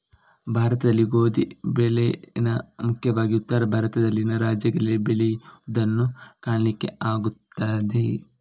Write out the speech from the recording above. ಭಾರತದಲ್ಲಿ ಗೋಧಿ ಬೆಳೇನ ಮುಖ್ಯವಾಗಿ ಉತ್ತರ ಭಾರತದಲ್ಲಿನ ರಾಜ್ಯಗಳಲ್ಲಿ ಬೆಳೆಯುದನ್ನ ಕಾಣಲಿಕ್ಕೆ ಆಗ್ತದೆ